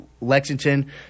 Lexington